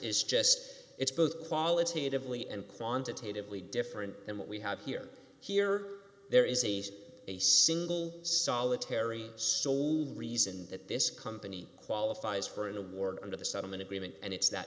is just it's both qualitatively and quantitatively different than what we have here here there is a a single solitary d soul reason that this company qualifies for an award under the settlement agreement and it's that